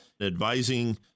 advising